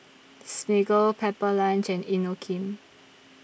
Smiggle Pepper Lunch and Inokim